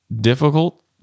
difficult